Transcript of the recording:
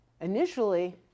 initially